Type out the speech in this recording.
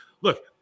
look